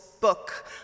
book